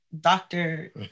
doctor